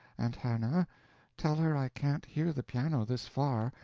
aunt hannah tell her i can't hear the piano this far,